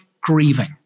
grieving